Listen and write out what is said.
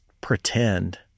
pretend